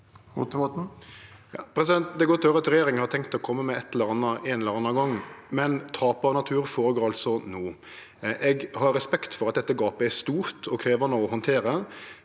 Rotevatn (V) Det er godt å høyre at regjeringa har tenkt å kome med eit eller anna ein eller annan gong, men tapet av natur skjer altså no. Eg har respekt for at dette gapet er stort og krevjande å handtere.